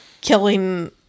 killing